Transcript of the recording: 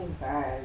bad